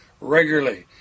regularly